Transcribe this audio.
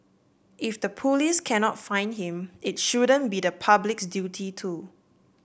if the police cannot find him it shouldn't be the public's duty to